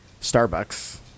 Starbucks